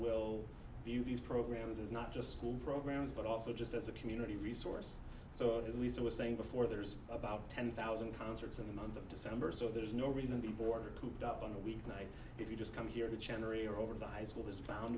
will view these programs as not just school programs but also just as a community resource so as lisa was saying before there's about ten thousand concerts in the month of december so there's no reason to be border cooped up on a weeknight if you just come here to chancery or over the high school is bound